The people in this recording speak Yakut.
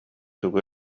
тугу